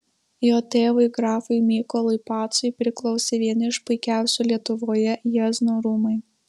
jo tėvui grafui mykolui pacui priklausė vieni iš puikiausių lietuvoje jiezno rūmai